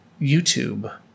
YouTube